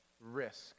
risk